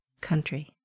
country